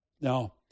Now